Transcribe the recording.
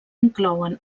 inclouen